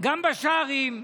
גם בשרעיים,